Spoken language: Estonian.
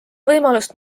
võimalust